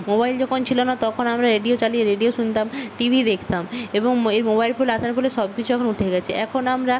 mobile যখন ছিল না তখন আমরা রেডিও চালিয়ে রেডিও শুনতাম টিভি দেখতাম এবং এই মোবাইল ফোন আসার ফলে সব কিছু এখন উঠে গিয়েছে এখন আমরা